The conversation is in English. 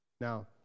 Now